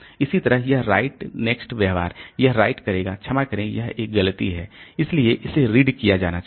इसी तरह यह राइट नेक्स्ट व्यवहार यह राइट करेगा क्षमा करें यह एक गलती है इसलिए इसे रीड किया जाना चाहिए